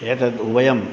एतद् उभयम्